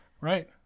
Right